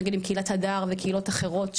נגיד עם קהילת הדר וקהילות אחרות,